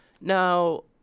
Now